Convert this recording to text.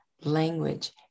language